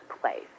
place